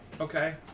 Okay